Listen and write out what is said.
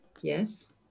Yes